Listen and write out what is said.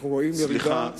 סליחה.